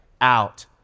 out